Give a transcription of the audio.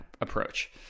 approach